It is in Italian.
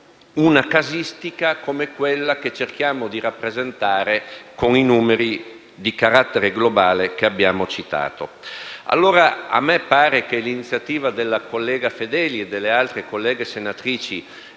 casi come quelli che cerchiamo di rappresentare con i numeri di carattere globale che abbiamo citato. A me sembra, quindi, che l'iniziativa della collega Fedeli e delle altre college senatrici